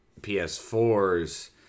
PS4's